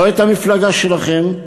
לא את המפלגה שלכם,